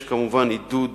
יש כמובן עידוד